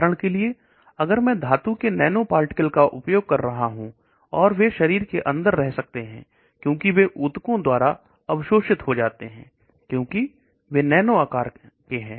उदाहरण के लिए धातु के नैनो पार्टिकल का उपयोग कर रहा हूं और वे शरीर के अंदर रह सकते हैं क्योंकि यह ऊतकों के द्वारा अवशोषित हो जाते हैं क्योंकि वह नैनो आकार के हैं